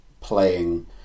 playing